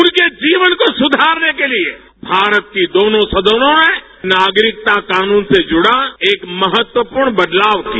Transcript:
उनके जीवन को सुधारने के लिए भारत की दोनों सदनों ने नागरिकता कानून से जुड़ा एक महत्व पूर्ण बदलाव किया